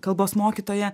kalbos mokytoja